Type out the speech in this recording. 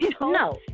No